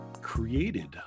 Created